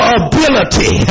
ability